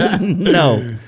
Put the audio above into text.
No